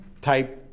type